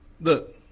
Look